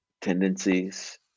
tendencies